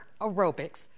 aerobics